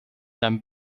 then